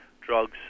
drugs